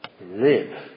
Live